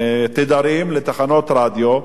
תדרים לתחנות רדיו,